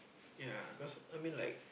ya because I mean like